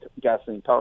gasoline